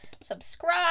Subscribe